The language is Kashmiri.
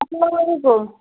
السلام علیکُم